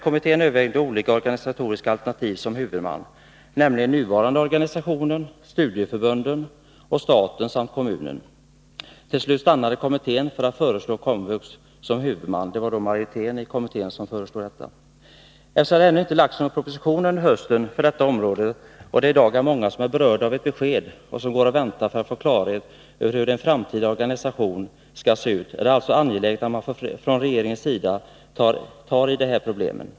Kommittén övervägde olika organsatoriska alternativ när det gällde huvudmannaskapet, nämligen nuvarande organisation, studieförbunden, staten samt kommunen. Till slut stannade kommitténs majoritet för att föreslå KOMVUX som huvudman. Eftersom det ännu inte har lagts fram någon propositionen för detta område och det i dag är många som är berörda av ett besked och som går och väntar för att få klarhet i hur en framtida organisation skall se ut, är det angeläget att man från regeringens sida tar tag i de här problemen.